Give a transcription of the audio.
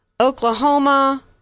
oklahoma